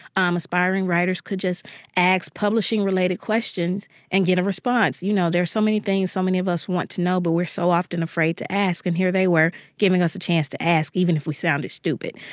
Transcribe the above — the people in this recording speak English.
um aspiring writers could just ask publishing-related questions and get a response. you know, there are so many things so many of us want to know, but we're so often afraid to ask. and here they were giving us a chance to ask, even if we sounded stupid.